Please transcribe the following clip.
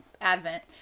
Advent